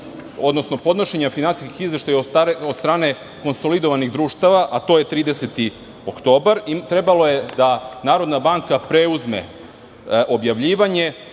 da usred podnošenja finansijskih izveštaja od strane konsolidovanih društava, a to je 30. oktobar trebalo je da NBS preuzme objavljivanje